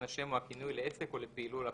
השם או הכינוי לעסק או לפעילות האמורים.